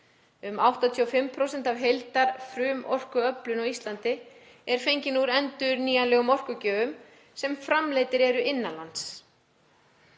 Um 85% af heildarfrumorkuöflun á Íslandi eru fengin úr endurnýjanlegum orkugjöfum sem framleiddir eru innan lands.